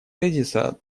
тезиса